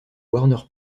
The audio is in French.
warner